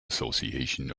association